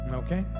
okay